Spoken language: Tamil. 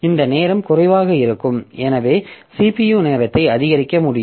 இந்த நேரம் குறைவாக இருக்கும் எனவே CPU நேரத்தை அதிகரிக்க முடியும்